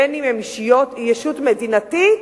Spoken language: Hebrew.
בין שהם ישות מדינתית,